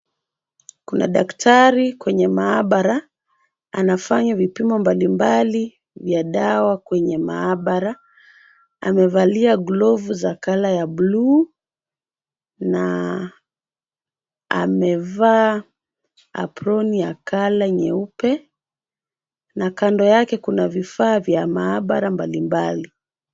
Kuna daktari kwenye maabara anafanya vipimo mbalimbali vya dawa kwenye maabara. Amevalia glovu za colour ya bluu na amevaa aproni ya colour nyeupe na kando yake kuna vifaa vya maabara mbalimbali.